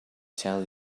tell